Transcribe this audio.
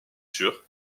sûr